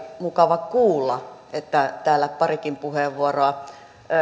mukava kuulla että täällä parikin puheenvuoroa